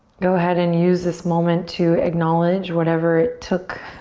go ahead and use this moment to acknowledge whatever it took